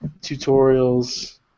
tutorials